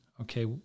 Okay